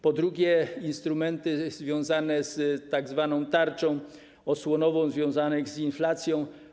Po drugie, są instrumenty związane z tzw. tarczą osłonową, związane z inflacją.